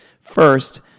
First